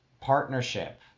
partnership